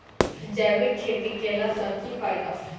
जैविक खेती केला सऽ की फायदा?